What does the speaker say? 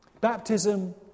Baptism